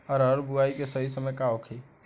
अरहर बुआई के सही समय का होखे?